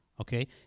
okay